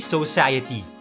Society